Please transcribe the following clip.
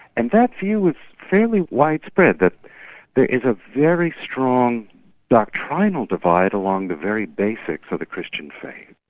and that view is fairly widespread, that there is a very strong doctrinal divide along the very basics of the christian faith.